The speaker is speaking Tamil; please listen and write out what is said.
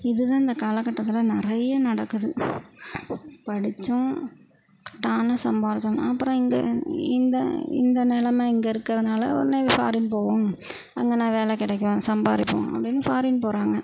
இது தான் இந்த காலகட்டத்தில் நிறைய நடக்குது படித்தோம் டான்னு சம்பாதிச்சோமா அப்புறம் இங்கே இந்த இந்த நிலம இங்கே இருக்கிறதுனால உடனே ஃபாரின் போவோம் அங்கேனா வேலை கிடைக்கும் சம்பாதிப்போம் அப்படின்னு ஃபாரின் போகிறாங்க